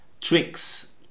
tricks